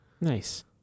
Nice